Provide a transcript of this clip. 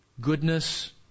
goodness